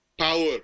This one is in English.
Power